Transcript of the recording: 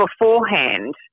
beforehand